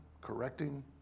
correcting